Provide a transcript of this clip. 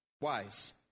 Wise